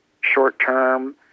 short-term